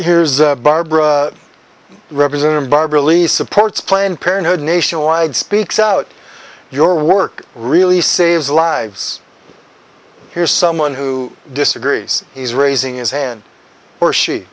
here's a barbara representative barbara lee supports planned parenthood nationwide speaks out your work really saves lives here's someone who disagrees he's raising his hand or she